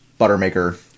Buttermaker